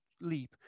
leap